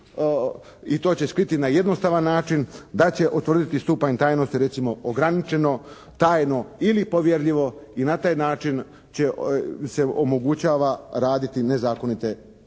i to će skriti na jednostavan način da će utvrditi stupanj tajnosti recimo ograničeno, tajno ili povjerljivo i na taj način se omogućava raditi nezakonite